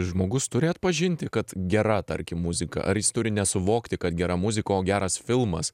žmogus turi atpažinti kad gera tarkim muzika ar jis turi nesuvokti kad gera muzika o geras filmas